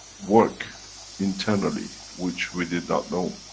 work internally, which we did not know.